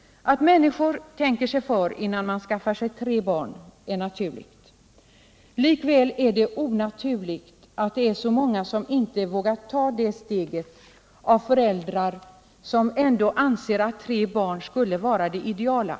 Att människor tänker sig för innan de skaffar sig tre barn är naturligt. Men likväl är det onaturligt att så många föräldrar inte vågar ta det steget, fastän de anser att tre barn skulle vara det ideala.